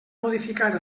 modificar